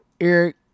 Eric